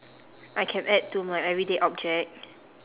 I can add to my everyday object